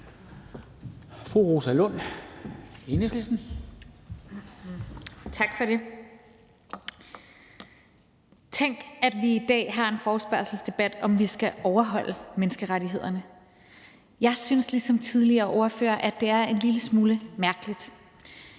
Rosa Lund (EL): Tak for det. Tænk, at vi i dag har en forespørgselsdebat om, hvorvidt vi skal overholde menneskerettighederne. Jeg synes ligesom tidligere ordførere, at det er en lille smule mærkeligt.